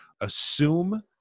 Assume